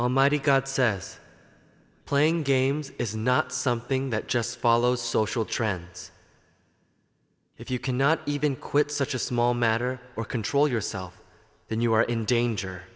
almighty god says playing games is not something that just follow social trends if you cannot even quit such a small matter or control yourself then you are in danger